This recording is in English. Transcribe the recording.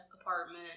apartment